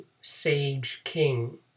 sage-king